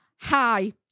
Hi